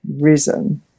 reason